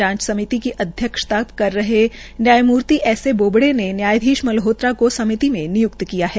जांच समिति की अध्यक्षता कर रहे न्यायमूर्ति एस ए बोबडे ने न्यायधीश मल्होत्रा को समिति में निय्क्ति किया है